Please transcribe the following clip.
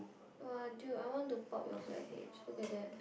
!wah! dude I want to pop your blackheads look at that